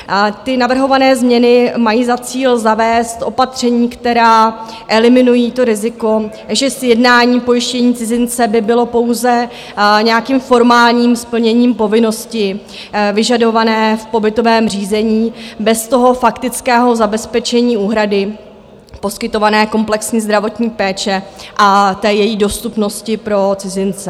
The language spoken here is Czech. A ty navrhované změny mají za cíl zavést opatření, která eliminují to riziko, že sjednání pojištění cizince by bylo pouze nějakým formálním splněním povinnosti vyžadované v pobytovém řízení bez toho faktického zabezpečení úhrady poskytované komplexní zdravotní péče a té její dostupnosti pro cizince.